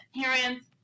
parents